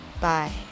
bye